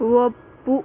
ಒಪ್ಪು